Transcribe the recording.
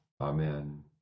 Amen